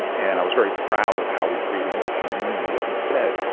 and and i was very proud of how we created more community, as you said,